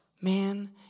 Man